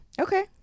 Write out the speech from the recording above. Okay